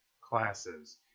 classes